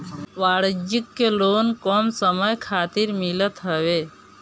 वाणिज्यिक लोन कम समय खातिर मिलत हवे